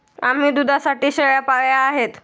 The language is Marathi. आम्ही दुधासाठी शेळ्या पाळल्या आहेत